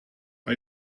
hou